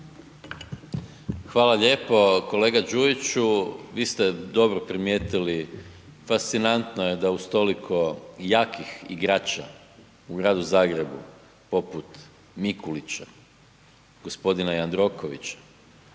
Hvala lijepo kolega Đujiću. Vi ste dobro primijetili. Fascinantno je da uz toliko jakih igrača u Gradu Zagrebu poput Mikulića, g. Jandrokovića,